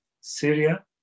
Syria